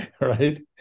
Right